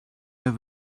have